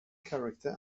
character